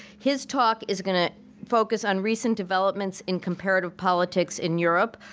his talk is gonna focus on recent developments in comparative politics in europe